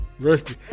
Rusty